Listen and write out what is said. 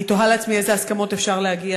אני תוהה לעצמי לאיזה הסכמות אפשר להגיע